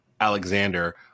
Alexander